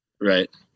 Right